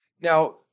Now